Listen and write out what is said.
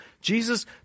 Jesus